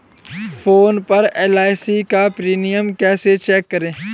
Phone पर LIC का premium कैसे चेक करें?